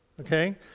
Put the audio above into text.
Okay